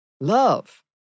love